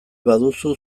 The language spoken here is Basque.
baduzu